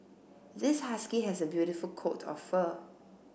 this husky has a beautiful coat of fur